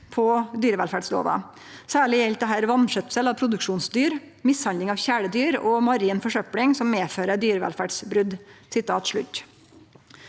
på dyrevelferdsloven. Særlig gjelder dette vanskjøtsel av produksjonsdyr, mishandling av kjæledyr og marin forsøpling som medfører dyrevelferdsbrudd.»